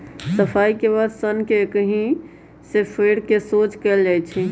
सफाई के बाद सन्न के ककहि से फेर कऽ सोझ कएल जाइ छइ